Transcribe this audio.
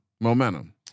momentum